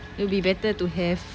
it'll be better to have